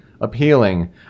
Appealing